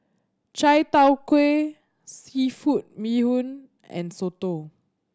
Chai Tow Kuay seafood bee hoon and soto